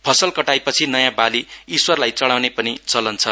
फसल कटाइपछि नयाँ बाली ईश्वरलाई चढ्राउने पनि चलन छ